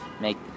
make